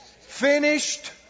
finished